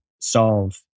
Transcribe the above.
solve